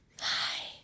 Hi